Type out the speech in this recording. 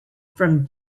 from